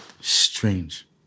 Strange